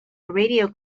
radio